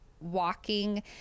walking